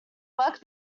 work